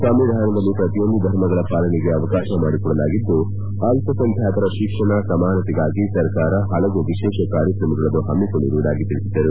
ಸಂವಿಧಾನದಲ್ಲಿ ಪ್ರತಿಯೊಂದು ಧರ್ಮಗಳ ಪಾಲನೆಗೆ ಅವಕಾಶ ಮಾಡಿಕೊಡಲಾಗಿದ್ದು ಅಲ್ಪಸಂಖ್ಯಾತರ ಶಿಕ್ಷಣ ಸಮಾನತೆಗಾಗಿ ಸರ್ಕಾರ ಹಲವು ವಿಶೇಷ ಕಾರ್ಯಕ್ರಮಗಳನ್ನು ಹಮ್ಮಿಕೊಂಡಿರುವುದಾಗಿ ತಿಳಿಸಿದರು